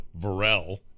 Varel